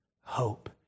hope